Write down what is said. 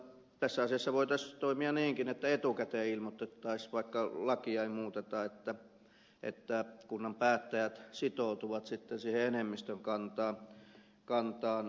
tässä asiassa voitaisiin toimia niinkin että etukäteen ilmoitettaisiin vaikka lakia ei muuteta että kunnan päättäjät sitoutuvat siihen enemmistön kantaan